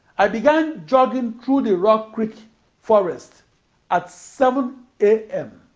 i began jogging through the rock creek forest at seven a m.